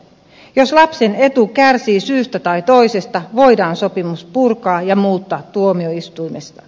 jos lapsen etu kärsii syystä tai toisesta voidaan sopimus purkaa ja muuttaa tuomioistuimessa